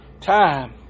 time